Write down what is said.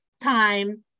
time